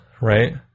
Right